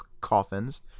coffins